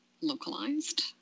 localized